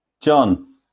john